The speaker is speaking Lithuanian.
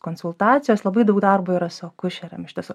konsultacijos labai daug darbo yra su akušerėm iš tiesų